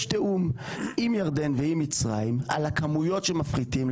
יש תיאום עם ירדן ועם מצרים על הכמויות שמפחיתים.